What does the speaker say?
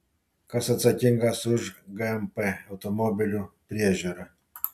kas atsakingas už gmp automobilių priežiūrą